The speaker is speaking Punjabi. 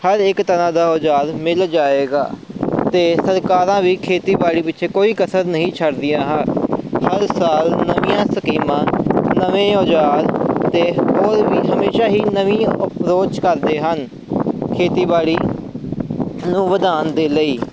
ਇੱਕ ਤਰ੍ਹਾਂ ਦਾ ਔਜ਼ਾਰ ਮਿਲ ਜਾਏਗਾ ਅਤੇ ਸਰਕਾਰਾਂ ਵੀ ਖੇਤੀਬਾੜੀ ਪਿੱਛੇ ਕੋਈ ਕਸਰ ਨਹੀਂ ਛੱਡਦੀਆਂ ਹਾ ਹਰ ਸਾਲ ਨਵੀਆਂ ਸਕੀਮਾਂ ਨਵੇਂ ਔਜ਼ਾਰ ਅਤੇ ਹੋਰ ਵੀ ਹਮੇਸ਼ਾ ਹੀ ਨਵੀਂ ਅਪ੍ਰੋਚ ਕਰਦੇ ਹਨ ਖੇਤੀਬਾੜੀ ਨੂੰ ਵਧਾਉਣ ਦੇ ਲਈ